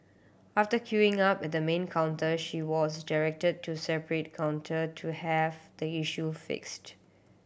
after queuing up at the main counter she was directed to separate counter to have the issue fixed